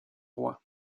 roi